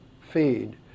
feed